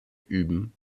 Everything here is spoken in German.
üben